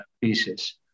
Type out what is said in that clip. pieces